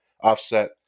offset